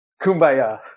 kumbaya